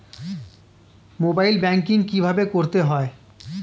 Mobile banking কীভাবে করতে হয়?